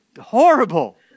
horrible